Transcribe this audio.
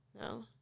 No